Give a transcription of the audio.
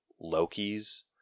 Loki's